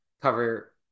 cover